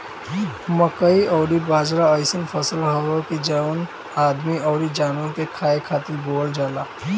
मकई अउरी बाजरा अइसन फसल हअ जवन आदमी अउरी जानवर के खाए खातिर बोअल जाला